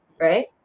right